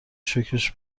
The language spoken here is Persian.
شکرش